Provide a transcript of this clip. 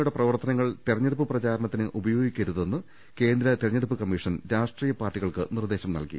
സായുധ സേനയുടെ പ്രവർത്തനങ്ങൾ തിരഞ്ഞെടുപ്പ് പ്രചാരണ ത്തിന് ഉപയോഗിക്കരുതെന്ന് കേന്ദ്ര തിരഞ്ഞെടൂപ്പ് കമ്മീഷൻ രാ ഷ്ട്രീയ പാർട്ടികൾക്ക് നിർദേശം നൽകി